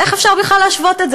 איך אפשר בכלל להשוות את זה?